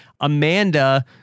Amanda